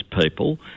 people